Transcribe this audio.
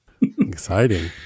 Exciting